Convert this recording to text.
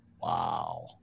Wow